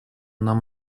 нам